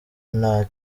nta